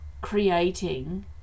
creating